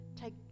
Take